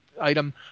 item